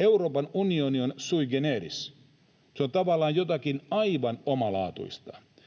Euroopan unioni on sui generis, se on tavallaan jotakin aivan omalaatuista.